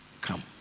come